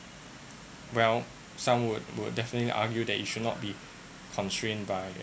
well some would would definitely argue that it should not be constrained by